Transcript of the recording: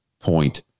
point